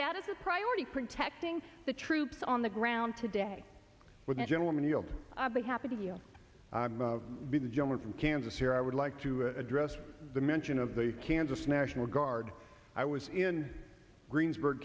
that is a priority protecting the troops on the ground today with the gentleman yield they happen to you be the general from kansas here i would like to address the mention of the kansas national guard i was in greensburg